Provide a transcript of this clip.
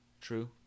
True